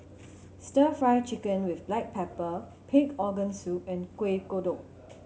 Stir Fry Chicken with black pepper pig organ soup and Kuih Kodok